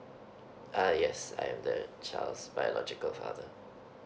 uh yes I'm the child's biological father